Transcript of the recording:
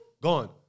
gone